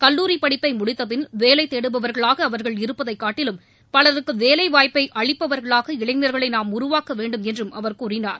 கல்லூரி படிப்பை முடித்தப்பின் வேலை தேடுபவர்களாக அவர்கள் இருப்பதைக் காட்டிலும் பலருக்கு வேலை வாய்ப்பை அளிப்பவர்களாக இளைஞர்களை நாம் உருவாக்க வேண்டும் என்றும் அவர் கூறினார்